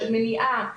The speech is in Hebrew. של מניעה,